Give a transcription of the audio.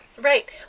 Right